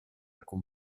con